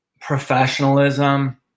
professionalism